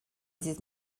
ddydd